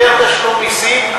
יותר תשלום מסים,